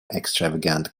extravagant